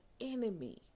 enemy